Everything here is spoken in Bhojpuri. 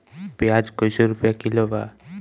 प्याज कइसे रुपया किलो बा?